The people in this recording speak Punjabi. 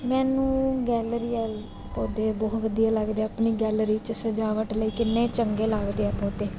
ਮੈਨੂੰ ਗੈਲਰੀ ਵਾਲੇ ਪੌਦੇ ਬਹੁਤ ਵਧੀਆ ਲੱਗਦੇ ਆਪਣੀ ਗੈਲਰੀ 'ਚ ਸਜਾਵਟ ਲਈ ਕਿੰਨੇ ਚੰਗੇ ਲੱਗਦੇ ਆ ਪੌਦੇ